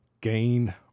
gain